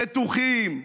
בטוחים,